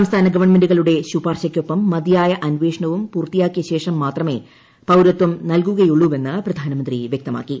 സംസ്ഥാന ഗവൺമെന്റുകളുടെ ശുപാർശയ്ക്കൊപ്പം മതിയായ അന്വേഷണവും പൂർത്തിയാക്കിയ ശേഷം മാത്രമെ പൌരത്വം നൽകുകയുള്ളുവെന്ന് പ്രധാനമന്ത്രി വൃക്തമാക്കി